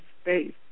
space